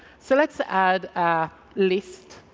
so let's add a list